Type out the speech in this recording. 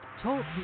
talk